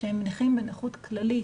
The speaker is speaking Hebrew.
שהם נכים בנכות כללית,